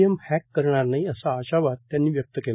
M hack करणार नाही असा आशावाद त्यांनी व्यक्त केला